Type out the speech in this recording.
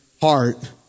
heart